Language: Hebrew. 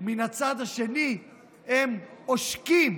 מן הצד השני הם עושקים